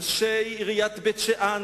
אנשי עיריית בית-שאן,